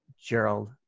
Gerald